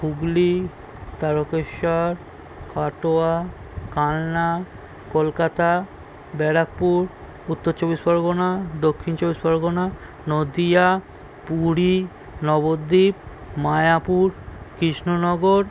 Hooghly Tarakeswar Katwa Kalna Kolkata Barrackpore Uttar Chabbish Pargana Dakshin Chabbish Pargana Nadia Puri Nabadwip Mayapur Krishnanagar